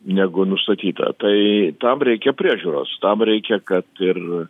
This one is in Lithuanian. negu nustatyta tai tam reikia priežiūros tam reikia kad ir